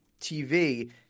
TV